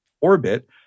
orbit